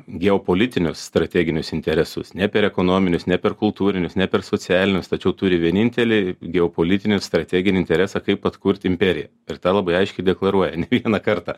geopolitinius strateginius interesus ne per ekonominius ne per kultūrinius ne per socialinius tačiau turi vienintelį geopolitinį strateginį interesą kaip atkurti imperiją ir tą labai aiškiai deklaruoja ne vieną kartą